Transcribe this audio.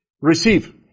Receive